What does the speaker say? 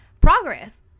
progress